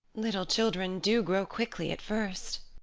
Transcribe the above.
little children do grow quickly at first.